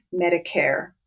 Medicare